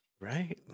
right